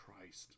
Christ